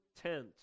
Tent